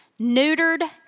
neutered